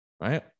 right